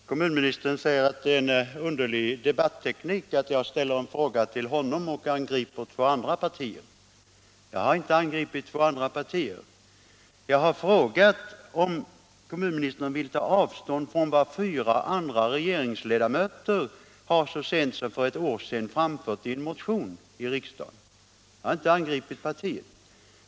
Herr talman! Kommunministern säger att det är en underlig debattteknik att ställa en fråga till honom och sedan angripa två andra partier. Jag har inte angripit två andra partier. Jag har frågat om kommunministern vill ta avstånd från den uppfattning som fyra andra regeringsledamöter så sent som för ett år sedan framförde i en motion till riksdagen. Jag har inte angripit partier.